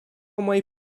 moi